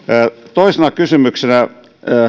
toisena kysymyksenä